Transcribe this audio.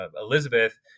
Elizabeth